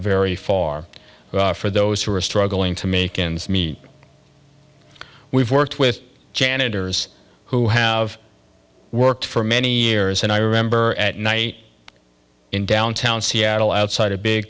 very far for those who are struggling to make ends meet we've worked with janitors who have worked for many years and i remember at night in downtown seattle outside a big